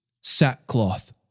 sackcloth